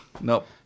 nope